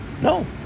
No